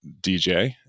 DJ